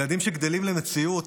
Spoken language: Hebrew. ילדים שגדלים למציאות,